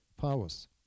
powers